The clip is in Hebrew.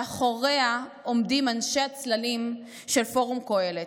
מאחוריה עומדים אנשי הצללים של פורום קהלת,